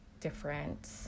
different